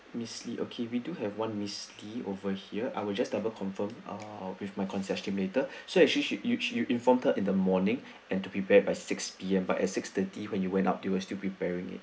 miss lee okay we do have one miss lee over here I will just double confirm ah with my concierge team later so actually she you she you informed her in the morning and to prepare by six P_M but at six thirty when you went up they were still preparing it